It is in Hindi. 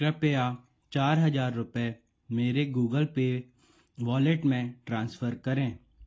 कृपया चार हज़ार रुपये मेरे गूगल पे वॉलेट में ट्रांसफ़र करें